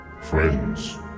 Friends